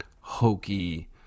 hokey